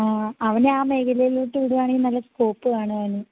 ആ അവനെ ആ മേഖലയിലേക്ക് വിടുകയാണെങ്കില് നല്ല സ്കോപ്പ് കാണും അവന്